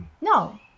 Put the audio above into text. No